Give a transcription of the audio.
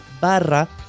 barra